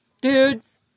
Dudes